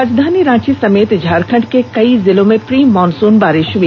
राजधानी रांची समेत झारखंड के कई जिलों में प्री मॉनसून बारिष हई